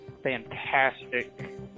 fantastic